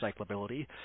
recyclability